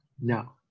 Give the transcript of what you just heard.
No